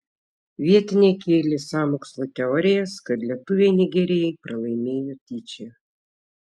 vietiniai kėlė sąmokslo teorijas kad lietuviai nigerijai pralaimėjo tyčia